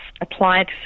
applied